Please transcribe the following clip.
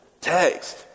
text